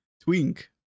Twink